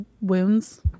wounds